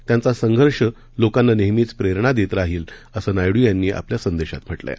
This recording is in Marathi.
त्यांचा संघर्ष लोकांना नेहमीच प्रेरणा देत राहिल असं नायड्र यांनी आपल्या संदेशात म्हटलं आहे